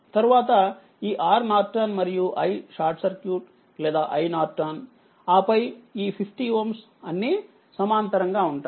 తర్వాత ఈRNమరియు iSC లేదా IN ఆపైఈ 50Ωఅన్ని సమాంతరంగా ఉంటాయి